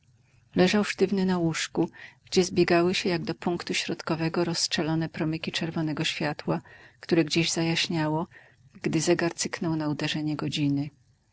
leżał sztywny na łóżku gdzie zbiegały się jak do punktu środkowego rozstrzelone promyki czerwonego światła które gdzieś zajaśniało gdy zegar cyknął na uderzenie godziny